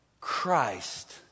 Christ